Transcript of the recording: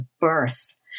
birth